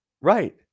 Right